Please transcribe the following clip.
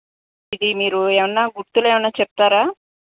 ఇది మీరు ఏమైనా గుర్తులు ఏమైనా చెప్తారా